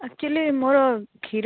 actually ମୋର କ୍ଷୀର